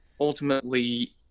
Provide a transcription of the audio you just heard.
ultimately